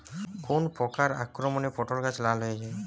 কোন প্রকার আক্রমণে পটল গাছ লাল হয়ে যায়?